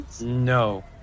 No